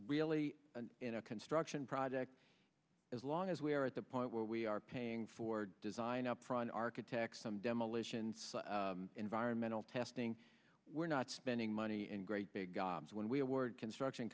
really in a construction project as long as we are at the point where we are paying for design upfront architect some demolition some environmental testing we're not spending money and great big gobs when we award construction